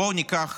בואו ניקח